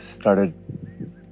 started